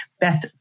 Beth